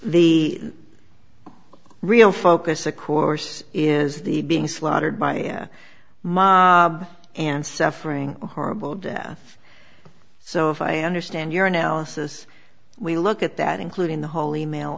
the real focus of course is the being slaughtered by a mob and suffering horrible death so if i understand your analysis we look at that including the whole ema